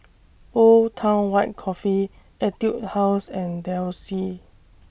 Old Town White Coffee Etude House and Delsey